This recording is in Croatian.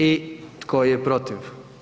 I tko je protiv?